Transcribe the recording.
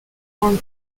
form